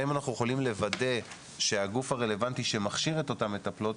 האם אנחנו יכולים לוודא שהגוף הרלוונטי שמכשיר את אותן מטפלות,